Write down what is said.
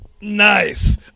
Nice